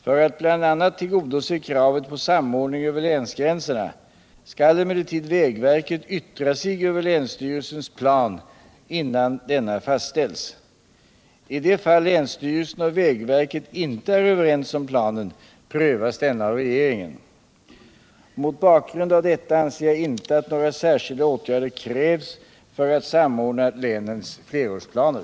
För att bl.a. tillgodose kravet på samordning över länsgränserna skall emceHertid vägverket yttra sig över länsstyrelsens plan innan denna fastställs. I det fall länsstyrelsen och vägverket inte är överens om planen prövas denna av regeringen. Mot bakgrund av detta anser jag inte att några särskilda åtgärder krävs för att samordna länens flerårsplancr.